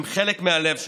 הם חלק מהלב שלהם.